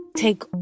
Take